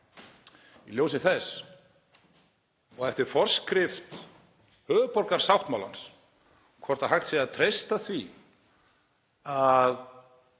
í ljósi þess og eftir forskrift höfuðborgarsáttmálans hvort hægt sé að treysta því að